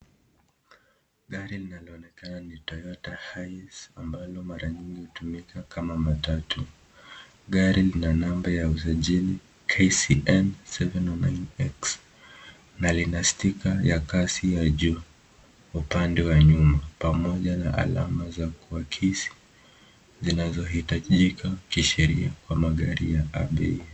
Gari linaloonekana ni toyota hiace ambalo mara mingi hutumika kama matatu. Gari lina namba ya usajili KCN 709X na lina stika ya kasi ya juu upande wa nyuma pamoja na alama za kuakisi zinazohitajika kisheria kwa magari ya abiria.